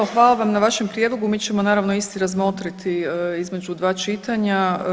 Pa evo hvala vam na vašem prijedlogu, mi ćemo naravno isti razmotriti između dva čitanja.